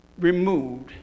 removed